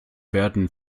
werden